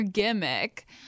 gimmick